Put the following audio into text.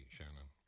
Shannon